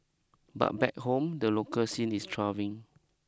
but back home the local scene is thriving